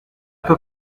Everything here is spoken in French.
peu